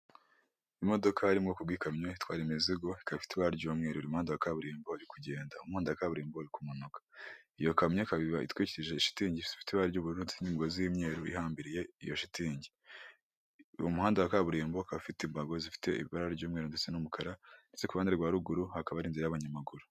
Imodoka iri mu bwoko bw' ikamyo itwara imizigo, ikaba ifite ibara ry'umweru. Iri mu muhanda wa kaburimbo iri kugenda. Umuhanda wa kaburimbo uri kumanuka. Iyo kamyo ikaba itwikirije shitingi ifite ibara ry'ubururu ndetse n'imigozi y'imyeru ihambiriye iyo shitingi. Uwo muhanda wa kaburimbo ukaba ufite imbago zifite ibara ry'umweru ndetse n'umukara ndetse ku ruhande rwa ruguru, hakaba hari inzira y'abanyamaguru.